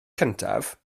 cyntaf